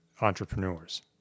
entrepreneurs